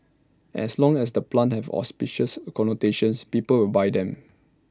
as long as the plants have auspicious connotations people will buy them